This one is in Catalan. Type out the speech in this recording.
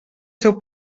seu